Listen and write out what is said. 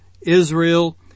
Israel